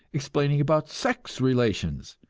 explaining about sex relations.